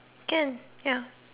can ya